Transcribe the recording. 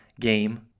game